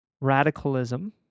radicalism